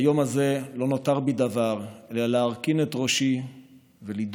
ביום הזה לא נותר בי דבר אלא להרכין את ראשי ולידום.